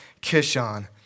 Kishon